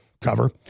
cover